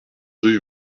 rue